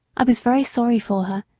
i was very sorry for her,